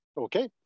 Okay